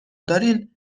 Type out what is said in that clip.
دارین